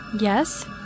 Yes